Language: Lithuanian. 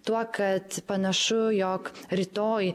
tuo kad panašu jog rytoj